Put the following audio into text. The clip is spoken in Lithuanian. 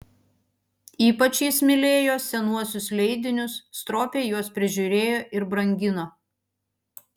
ypač jis mylėjo senuosius leidinius stropiai juos prižiūrėjo ir brangino